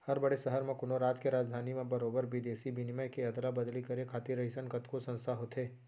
हर बड़े सहर म, कोनो राज के राजधानी म बरोबर बिदेसी बिनिमय के अदला बदली करे खातिर अइसन कतको संस्था होथे